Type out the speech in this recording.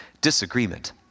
disagreement